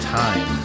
time